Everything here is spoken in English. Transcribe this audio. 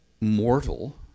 mortal